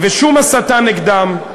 שום הסתה נגדם,